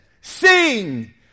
Sing